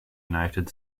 united